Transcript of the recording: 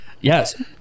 Yes